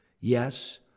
Yes